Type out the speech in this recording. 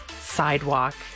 sidewalk